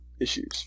issues